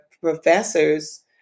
professors